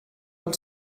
del